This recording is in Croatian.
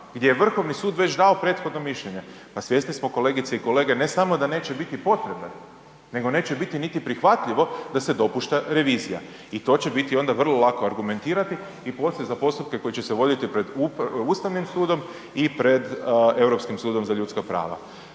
gdje je Vrhovni sud već dao prethodno mišljenje. Svjesni smo kolegice i kolege, ne samo da neće biti potrebe, nego neće biti niti prihvatljivo da se dopušta revizija i to će biti onda vrlo lako argumentirati i poslije za postupka koje će se voditi pred Ustavnim sudom i pred Europskim sudom za ljudska prava.